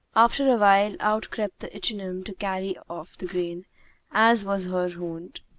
after a while, out crept the ichneumon to carry off the grain as was her wont,